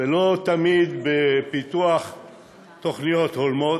ולא תמיד בפיתוח תוכניות הולמות.